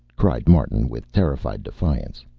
cried martin with terrified defiance.